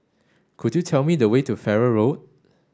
could you tell me the way to Farrer Road